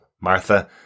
Martha